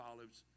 Olives